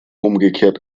umgekehrt